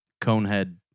Conehead